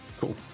cool